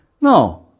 no